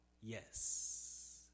yes